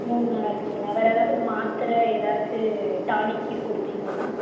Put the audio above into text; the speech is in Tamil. மூனு நாளாக இருக்குதுங்களா வேறு ஏதாவது மாத்திர ஏதாவது டானிக் இது குடிச்சிங்களா